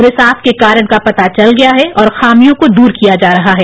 रिसाव के कारण का पता चल गया है और खामियों को द्रर किया जा रहा है